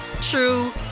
true